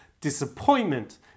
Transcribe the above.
Disappointment